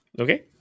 Okay